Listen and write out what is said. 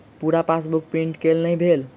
पूरा passbook print केल नहि भेल